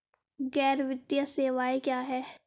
गैर वित्तीय सेवाएं क्या हैं?